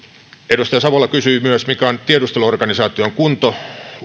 edustaja savola kysyi myös mikä on tiedusteluorganisaation kunto